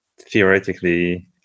theoretically